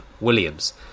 Williams